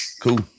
cool